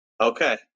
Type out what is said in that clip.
Okay